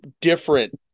different